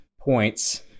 points